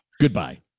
Goodbye